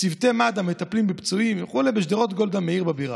צוותי מד"א מטפלים בפצועים בשדרות גולדה מאיר בבירה.